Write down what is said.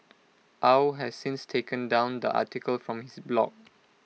Au has since taken down the article from his blog